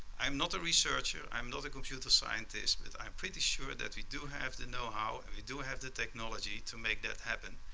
i'm not a researcher. i'm not a computer scientist, but i'm pretty sure that we do have the know-how and we do have the technology to make that happen.